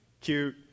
cute